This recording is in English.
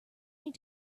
need